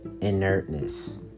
inertness